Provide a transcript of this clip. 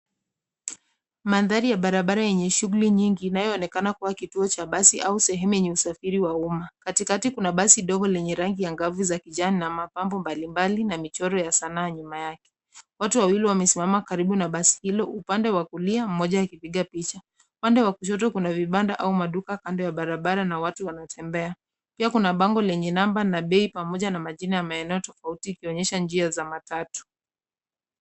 Mandhari ya barabara yenye shughuli nyingi, inayoonekana kuwa kituo cha basi au sehemu yenye usafiri wa umma. Katikati kuna basi dogo lenye rangi ya angavu za kijani, na mapambo mbalimbali na michoro ya sanaa nyuma yake. Watu wawili wamesimama karibu na basi hilo, upande wa kulia, mmoja akipiga picha. Upande wa kushoto kuna vibanda au maduka kando ya barabara na watu wanatembea. Pia kuna bango lenye namba na bei amoja na majina ya maeneo tofauti ikionyesha njia za matatu.